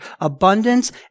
abundance